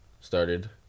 started